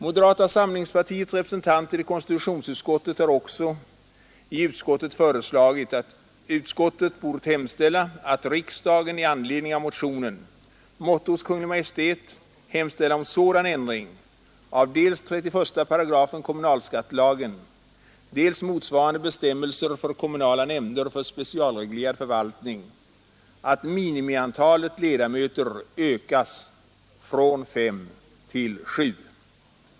Moderata samlingspartiets representanter i konstitutionsutskottet har också föreslagit att utskottet bort hemställa ”att riksdagen med anledning av motionen 1972:799 hos Kungl. Maj:t hemställer om förslag till motsvarande bestämmelser för kommunala nämnder för specialreglerad förvaltning att minimiantalet ledamöter ökas från fem till sju”.